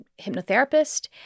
hypnotherapist